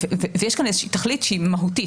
יש כאן איזושהי תכלית שהיא מהותית.